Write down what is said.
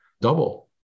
double